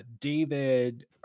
David